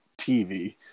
TV